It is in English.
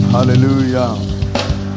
Hallelujah